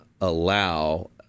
allow